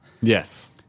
Yes